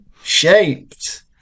shaped